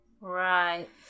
Right